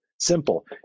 simple